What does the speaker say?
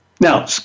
Now